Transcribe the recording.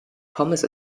pommes